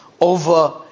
over